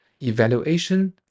evaluation